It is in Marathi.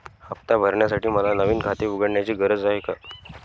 हफ्ता भरण्यासाठी मला नवीन खाते उघडण्याची गरज आहे का?